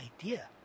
idea